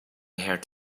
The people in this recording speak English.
heard